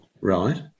Right